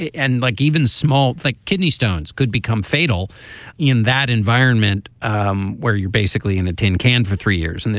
and like even small like kidney stones could become fatal in that environment um where you're basically in a tin can for three years. and